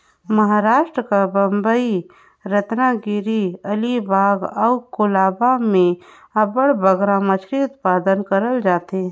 महारास्ट कर बंबई, रतनगिरी, अलीबाग अउ कोलाबा में अब्बड़ बगरा मछरी उत्पादन करल जाथे